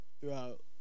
throughout